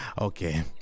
Okay